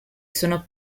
sono